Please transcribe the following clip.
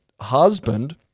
husband